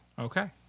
Okay